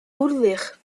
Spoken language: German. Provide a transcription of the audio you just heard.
ulrich